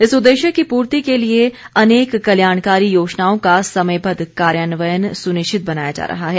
इस उद्देश्य की पूर्ति के लिए अनेक कल्याणकारी योजनाओं का समयबद्ध कार्यान्वयन सुनिश्चित बनाया जा रहा है